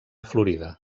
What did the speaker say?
florida